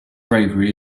bravery